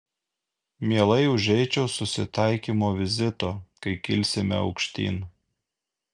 mielai užeičiau susitaikymo vizito kai kilsime aukštyn